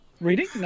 Reading